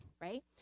right